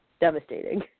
devastating